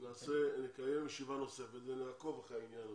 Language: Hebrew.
נקיים ישיבה נוספת ונעקוב אחרי העניין הזה.